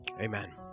Amen